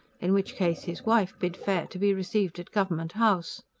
in which case his wife bid fair to be received at government house.